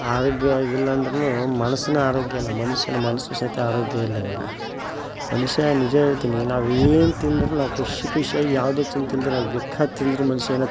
ಆರೋಗ್ಯವಾಗಿಲ್ಲಾಂದ್ರುನೂ ಮನಸ್ಸಿನ ಆರೋಗ್ಯ ಅಲ್ಲ ಮನುಷ್ಯನ ಮನಸು ಸಹಿತ ಆರೋಗ್ಯ ಇಲ್ಲ ಇವಾಗ ಮನುಷ್ಯ ನಿಜ ಹೇಳ್ತಿನಿ ನಾವು ಏನು ತಿಂದರೂ ನಾವು ಖುಷ್ ಖುಷಿಯಾಗಿ ಯಾವುದೇ ಚಿಂತೆ ಇಲ್ದಿರಾ ಬೇಕಾದ್ದು ತಿಂದರೂ ಮನುಷ್ಯಾಗ್